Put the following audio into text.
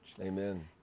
Amen